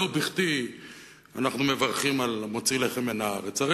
לא בכדי אנחנו מברכים "המוציא לחם מן הארץ".